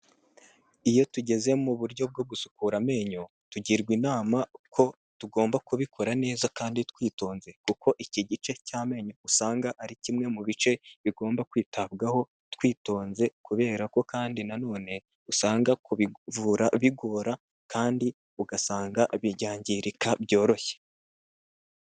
Iyo tugeze mu buryo bwo gusukura amenyo tugirwa inama ko tugomba kubikora neza kandi twitonze, kuko iki gice cy'amenyo usanga ari kimwe mu bice bigomba kwitabwaho twitonze kubera ko kandi nanone usanga kubivura bigora kandi ugasanga byanyangirika byoroshye.